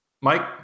Mike